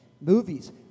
Movies